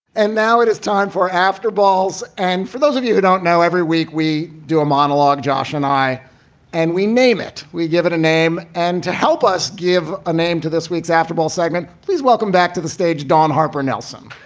and now it is time for after balls. and for those of you who don't know, every week we do a monologue. josh i and we name it, we give it a name. and to help us give a name to this week's after wall segment. please welcome back to the stage. dawn harper nelson.